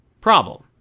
problem